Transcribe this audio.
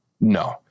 No